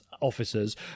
officers